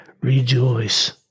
rejoice